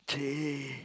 !chey!